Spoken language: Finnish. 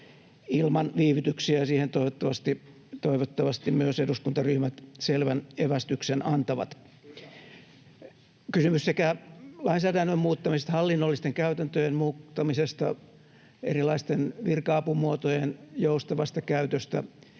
ilman viivytyksiä, ja siihen toivottavasti myös eduskuntaryhmät selvän evästyksen antavat. [Perussuomalaisten ryhmästä: Hyvä!] Kysymys on sekä lainsäädännön muuttamisesta, hallinnollisten käytäntöjen muuttamisesta, erilaisten virka-apumuotojen joustavasta käytöstä